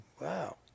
Wow